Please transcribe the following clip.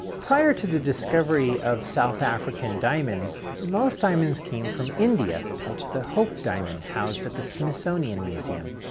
prior to the discovery of south african diamonds, most diamonds came from india, like the hope diamond housed at the smithsonian museum.